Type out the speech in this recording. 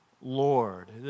Lord